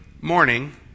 morning